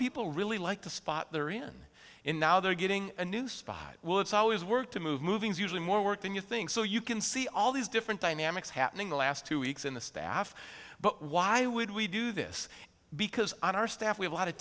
people really like the spot they're in in now they're getting a new spot would always work to move moving is usually more work than you think so you can see all these different dynamics happening the last two weeks in the staff but why would we do this because on our staff we have a lot of